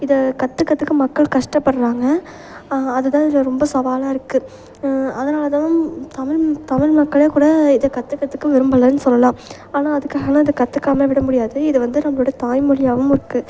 இதை கற்றுக்கறதுக்கு மக்கள் கஷ்டப்படுறாங்க அதுதான் இதில் ரொம்ப சவாலாக இருக்குது அதனால்தான் தமிழ் தமிழ் மக்களே கூட இதை கற்றுக்கறதுக்கு விரும்பலைன்னு சொல்லலாம் ஆனால் அதுக்காகெலாம் இதை கற்றுக்காம விட முடியாது இது வந்து நம்மளோட தாய் மொழியாகவும் இருக்குது